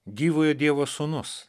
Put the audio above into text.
gyvojo dievo sūnus